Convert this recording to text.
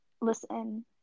Listen